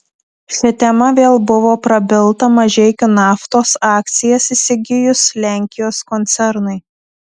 šia tema vėl buvo prabilta mažeikių naftos akcijas įsigijus lenkijos koncernui